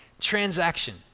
Transaction